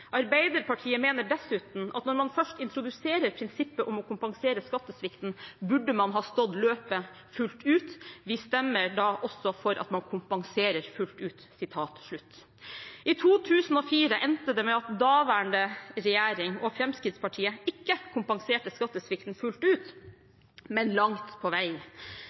Arbeiderpartiet mener dessuten at når man først introduserer prinsippet om å kompensere skattesvikten, burde man ha stått løpet fullt ut. Vi stemmer da også for at man kompenserer fullt ut.» I 2004 endte det med at daværende regjering og Fremskrittspartiet ikke kompenserte skattesvikten fullt ut, men langt på vei.